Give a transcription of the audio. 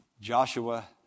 Joshua